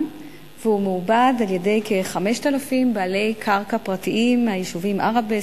והוא מעובד על-ידי כ-5,000 בעלי קרקע פרטיים מהיישובים עראבה,